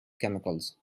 chemicals